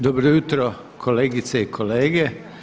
Dobro jutro, kolegice i kolege.